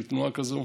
של תנועה כזו.